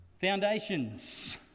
Foundations